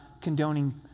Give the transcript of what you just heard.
condoning